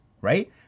right